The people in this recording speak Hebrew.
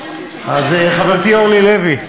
חברתי אורלי לוי,